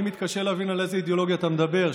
אני מתקשה להבין על איזו אידיאולוגיה אתה מדבר,